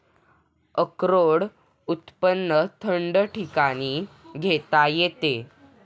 अक्रोड उत्पादन थंड ठिकाणी घेता येते